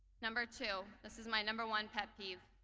number two, this is my number one pet peeve,